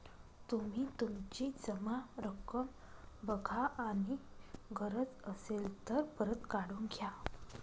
तुम्ही तुमची जमा रक्कम बघा आणि गरज असेल तर परत काढून घ्या